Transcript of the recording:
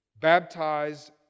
baptized